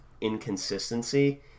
inconsistency